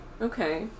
Okay